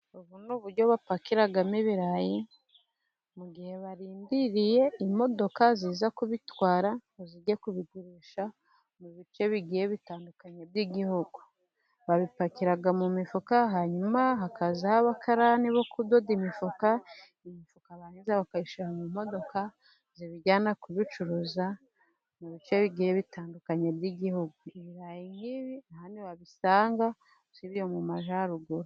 Ubu n'uburyo bapakiramo ibirayi, mu gihe barindiriye imodoka ziza kubitwara ngo zijye kubigurisha mu bice bigiye bitandukanye by'igihugu, babipakiraga mu mifuka hanyuma hakaza abakarani bo kudoda imifuka, imifuka bangiza bakayishyira mu modoka zibijyana kubicuruza mu bice bigiye bitandukanye by'igihugu ibira nk'ibi ahanini wabisanga usubiye mu majyaruguru.